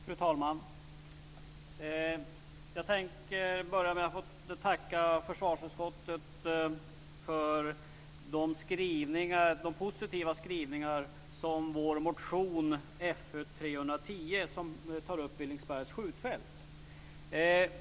Fru talman! Jag tänker börja med att tacka försvarsutskottet för de positiva skrivningar som vår motion Fö310 har fått. Den tar upp Villingsbergs skjutfält.